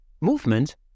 Movement